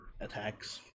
attacks